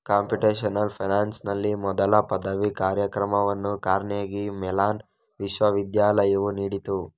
computational ಫೈನಾನ್ಸಿನಲ್ಲಿ ಮೊದಲ ಪದವಿ ಕಾರ್ಯಕ್ರಮವನ್ನು ಕಾರ್ನೆಗೀ ಮೆಲಾನ್ ವಿಶ್ವವಿದ್ಯಾಲಯವು ನೀಡಿತು